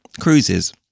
cruises